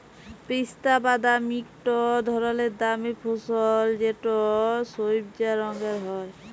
পিস্তা বাদাম ইকট ধরলের দামি ফসল যেট সইবজা রঙের হ্যয়